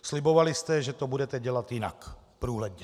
Slibovali jste, že to budete dělat jinak, průhledně.